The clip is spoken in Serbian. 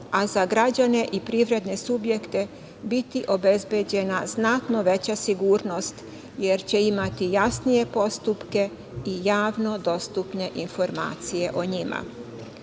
a za građane i privredne subjekte će biti obezbeđena znatno veća sigurnost jer će imati jasnije postupke i javno dostupne informacije o njima.